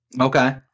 Okay